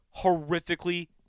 horrifically